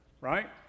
Right